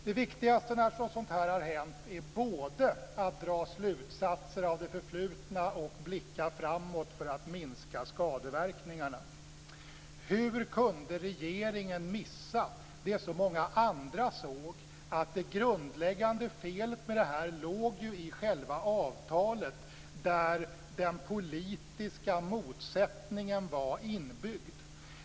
Det viktigaste när något sådant här har hänt är både att dra slutsatser av det förflutna och att blicka framåt för att minska skadeverkningarna. Hur kunde regeringen missa det som så många andra såg, dvs. att det grundläggande felet med det här låg i själva avtalet där den politiska motsättningen var inbyggd?